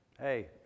Hey